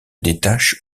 détachent